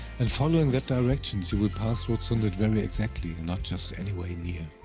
and following that directions, you will pass rotsundet very exactly and not just anyway near.